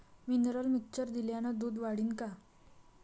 Mineral mixture दिल्यानं दूध वाढीनं का?